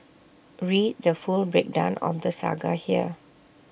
read the full breakdown of the saga here